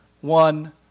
One